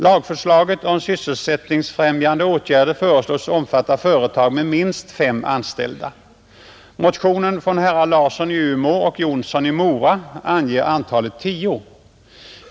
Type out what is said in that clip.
Lagförslaget om sysselsättningsfrämjande åtgärder föreslås omfatta företag med minst fem anställda. Motionen av herrar Larsson i Umeå och Jonsson i Mora anger antalet tio.